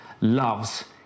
loves